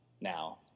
now